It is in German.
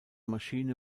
maschine